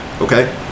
Okay